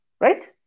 right